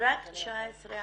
רק 19 עד 20?